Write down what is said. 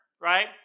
right